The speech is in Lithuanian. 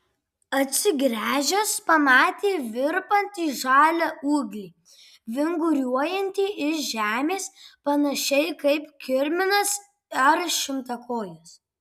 atsigręžęs pamatė virpantį žalią ūglį vinguriuojantį iš žemės panašiai kaip kirminas ar šimtakojis